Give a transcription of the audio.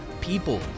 people